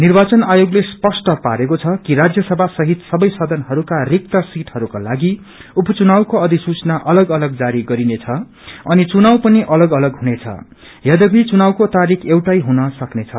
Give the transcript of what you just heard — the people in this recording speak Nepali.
निर्वाचन आयोगलक स्वष्ट पारेको छ कि राज्य सभा सहित सबै सदनहरूका रिक्त सिटहरूकोलागि उच चुनाउको अधिसूचना अलग अलग जारी गरिनेछ अनि चुनाउ पनि अलग अलग हुनेछ यद्धपि चुनाउको तारीख एउटै हुन सक्नेछ